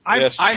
Yes